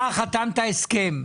אתה חתמת הסכם.